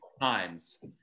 times